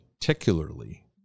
particularly